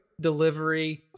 delivery